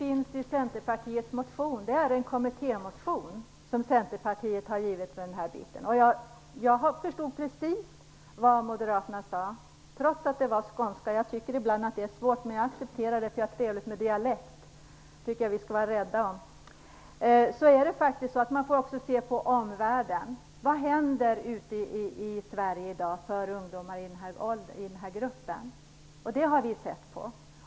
Herr talman! Svaret finns i Centerpartiets kommittémotion i detta sammanhang. Jag förstår precis vad Moderaterna sagt, trots skånskan. Jag tycker ibland att det är svårt med skånska, men jag accepterar det. Det är så trevligt med dialekter och dem tycker jag att vi skall vara rädda om. Man får här också se på omvärlden. Och vad händer ute i Sverige i dag när det gäller ungdomar i nämnda grupp? Den frågan har vi tittat på.